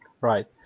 Right